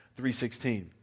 3.16